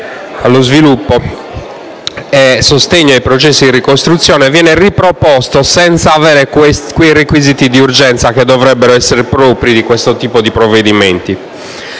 allo sviluppo e sostegno ai processi di ricostruzione, viene riproposto senza avere quei requisiti di urgenza che dovrebbero essere propri di questo tipo di provvedimento.